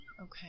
Okay